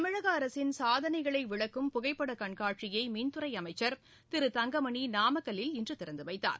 தமிழக அரசின் சாதனைகளை விளக்கும் புகைப்பட கண்காட்சியை மின்துறை அமைச்சர் திரு தங்கமணி நாமக்கல்லில் இன்று திறந்துவைத்தார்